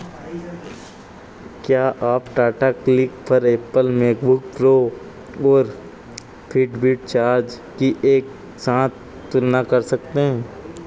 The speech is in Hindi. क्या आप टाटा क्लिक पर एप्पल मैकबुक प्रो और फिटबिट चार्ज की एक साथ तुलना कर सकते हैं